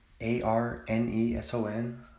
A-R-N-E-S-O-N